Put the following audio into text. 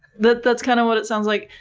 but that's kind of what it sounds like.